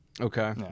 Okay